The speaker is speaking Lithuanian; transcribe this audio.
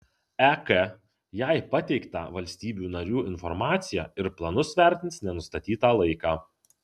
ek jai pateiktą valstybių narių informaciją ir planus vertins nenustatytą laiką